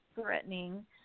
threatening